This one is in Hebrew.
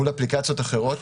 מול אפליקציות אחרות,